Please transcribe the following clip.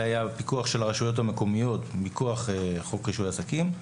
זה פיקוח של הרשויות המקומיות מכוח חוק רישוי עסקים,